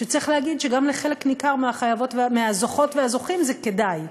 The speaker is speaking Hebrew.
וצריך להגיד שגם לחלק ניכר מהזוכות והזוכים זה כדאי,